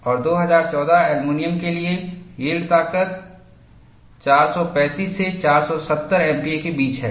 और 2014 एल्यूमीनियम के लिए यील्ड ताकत 435 से 470 एमपीए के बीच है